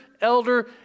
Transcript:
elder